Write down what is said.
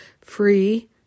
free